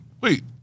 Wait